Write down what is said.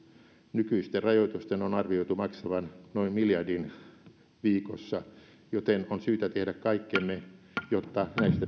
nykyisten rajoitusten on arvioitu maksavan noin miljardin viikossa joten on syytä tehdä kaikkemme jotta